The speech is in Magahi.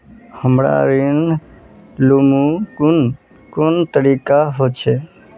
हमरा ऋण लुमू कुन कुन तरीका होचे?